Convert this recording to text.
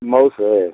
मऊ से